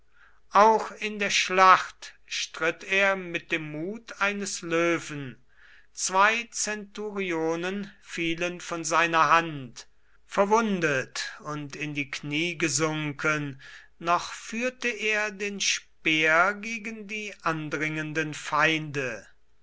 auch in der schlacht stritt er mit dem mut eines löwen zwei centurionen fielen von seiner hand verwundet und in die knie gesunken noch führte er den speer gegen die andringenden feinde